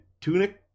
tunic